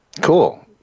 Cool